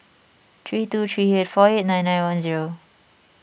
three two three eight four eight nine nine one zero